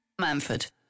Manford